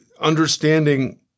Understanding